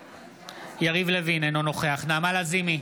בעד יריב לוין, אינו נוכח נעמה לזימי,